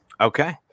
Okay